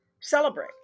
celebrate